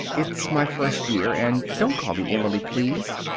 it's my first year. and don't call me emily, please.